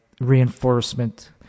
reinforcement